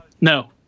no